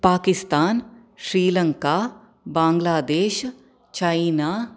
Pakistan Sri Lanka Bangladesh China